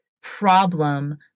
problem